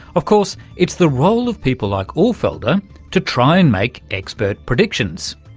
of course it's the role of people like ulfelder to try and make expert predictions,